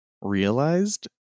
realized